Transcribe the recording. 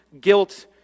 guilt